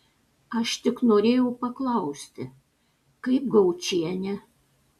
aš tik norėjau paklausti kaip gaučienė